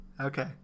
Okay